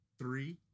three